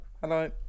Hello